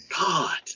god